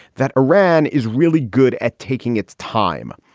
that iran is really good at taking its time.